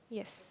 yes